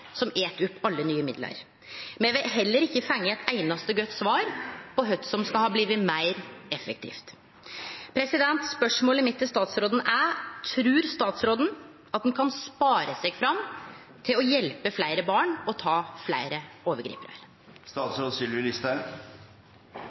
som et opp alle nye midlar. Me har heller ikkje fått eit einaste godt svar på kva som skal ha blitt meir effektivt. Spørsmålet mitt til statsråden er: Trur statsråden at ein kan spare seg fram til å hjelpe fleire barn og ta fleire